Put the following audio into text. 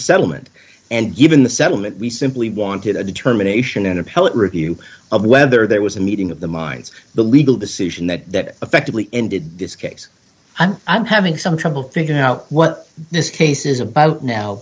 a settlement and given the settlement we simply wanted a determination in appellate review of whether there was a meeting of the minds the legal decision that effectively ended this case i'm i'm having some trouble figuring out what this case is about now